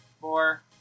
four